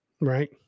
right